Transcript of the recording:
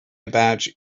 about